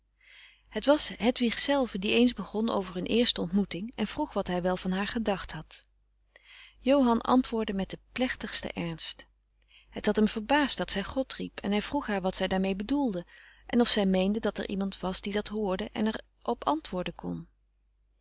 het was hedwig zelve die eens begon over hun eerste ontmoeting en vroeg wat hij wel van haar gedacht had johan antwoordde met den plechtigsten ernst het had hem verbaasd dat zij god riep en hij vroeg haar wat zij daarmee bedoelde en of zij meende dat er iemand was die dat hoorde en er op antwoorden kon